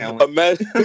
Imagine